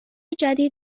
جدید